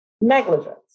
negligence